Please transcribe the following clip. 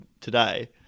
today